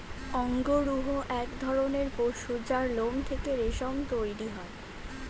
অঙ্গরূহ এক ধরণের পশু যার লোম থেকে রেশম তৈরি হয়